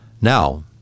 Now